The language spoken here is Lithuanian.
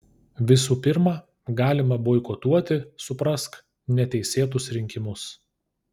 visų pirma galima boikotuoti suprask neteisėtus rinkimus